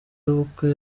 y’ubukwe